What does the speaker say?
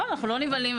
אנחנו לא נבהלים.